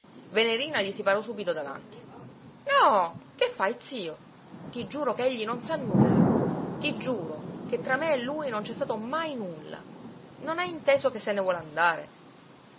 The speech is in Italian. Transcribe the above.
venerina gli si parò subito davanti no che fai zio ti giuro che egli non sa nulla ti giuro che tra me e lui non c'è stato mai nulla non hai inteso che se ne vuole andare